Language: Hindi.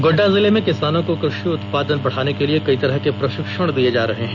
गोडडा जिले में किसानों को कृषि उत्पादन बढाने के लिए कई तरह के प्रशिक्षण दिए जा रहे हैं